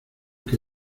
que